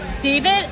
David